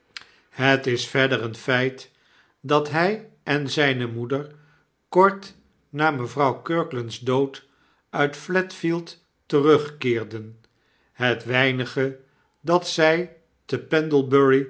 het is verder een feit dat hy en zijne moeder kort na mevrouw kirkland's dood uit flatffield terugkeerden het weinige dat zy